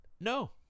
No